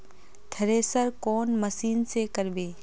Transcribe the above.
Thresher कौन machine से करबे?